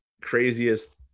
craziest –